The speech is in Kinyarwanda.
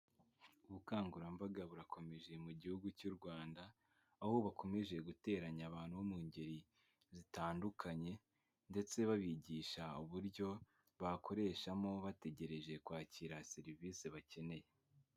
Ubukangurambaga burakomeje mu gihugu cy'u Rwanda aho bakomeje guteranya abantu bo mu ngeri zitandukanye ndetse babigisha uburyo bakoreshamo bategereje kwakira serivisi bakeneye.